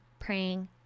Praying